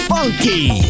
Funky